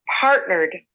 partnered